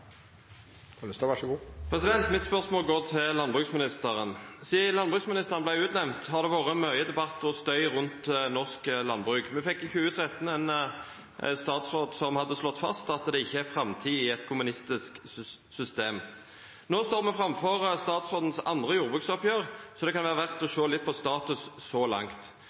Mitt spørsmål går til landbruksministeren. Siden landbruksministeren ble utnevnt, har det vært mye debatt og støy rundt norsk landbruk. Vi fikk i 2013 en statsråd som hadde slått fast at det ikke er noen framtid i et kommunistisk system. Nå står vi foran statsrådens andre jordbruksoppgjør, så det kan være verdt å se litt på status så langt.